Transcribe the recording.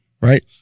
right